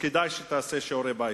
כדאי שתעשה שיעורי-בית,